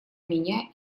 меня